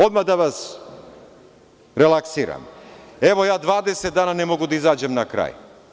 Odmah da vas relaksiram, evo, ja 20 dana ne mogu da izađem na kraj.